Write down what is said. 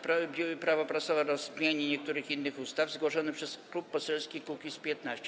Prawo prasowe oraz zmianie niektórych innych ustaw - zgłoszony przez Klub Poselski Kukiz’15,